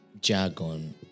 jargon